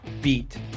beat